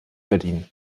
berlin